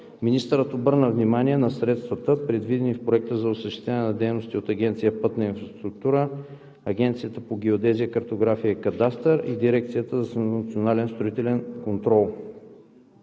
Министърът обърна внимание на средствата, предвидени в Проекта за осъществяване на дейностите от Агенция „Пътна инфраструктура“, Агенцията по геодезия, картография и кадастър и Дирекцията за национален строителен контрол.